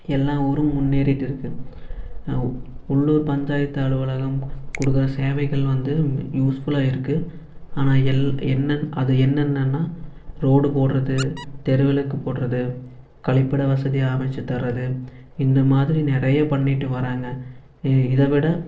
எல்லா ஊரும் முன்னேறிட்டிருக்குது உள்ளூர் பஞ்சாயத்து அலுவலகம் கொடுக்கற சேவைகள் வந்து யூஸ்ஃபுல்லாக இருக்குது ஆனால் எல் என்னென் அது என்னென்னனால் ரோடு போடுறது தெரு விளக்கு போடுறது கழிப்பிட வசதி அமைத்து தரது இந்த மாதிரி நிறைய பண்ணிகிட்டு வராங்க இதை விட